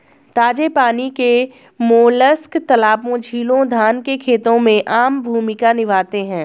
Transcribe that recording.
ताजे पानी के मोलस्क तालाबों, झीलों, धान के खेतों में आम भूमिका निभाते हैं